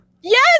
Yes